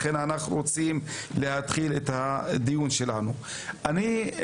רועי פרידמן, הממונה על היישומים הביומטריים,